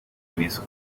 miss